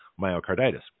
Myocarditis